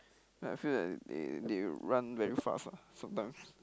I feel that they they run very fast ah sometimes